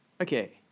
Okay